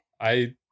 I-